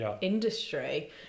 industry